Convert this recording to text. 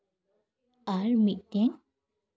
ᱟᱨ ᱢᱤᱫᱴᱮᱱ